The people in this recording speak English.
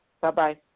Bye-bye